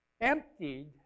emptied